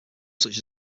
such